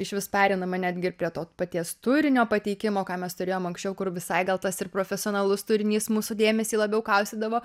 išvis pereinama netgi ir prie to paties turinio pateikimo ką mes turėjom anksčiau kur visai gal tas ir profesionalus turinys mūsų dėmesį labiau kaustydavo